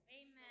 Amen